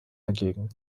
dagegen